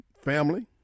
family